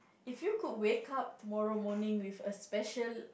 if you could wake up tomorrow morning with a special